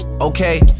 Okay